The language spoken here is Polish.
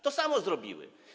To samo zrobiły.